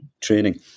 training